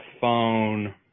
phone